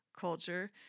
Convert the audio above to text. culture